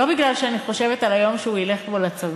לא בגלל שאני חושבת על היום שהוא ילך לצבא,